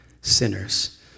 sinners